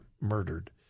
murdered